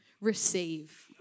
Receive